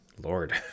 lord